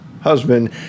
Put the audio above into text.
husband